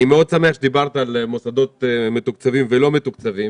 אני מאוד שמח שדיברת על מוסדות מתוקצבים ולא מתוקצבים.